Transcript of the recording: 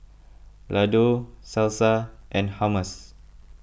Ladoo Salsa and Hummus